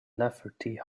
lafferty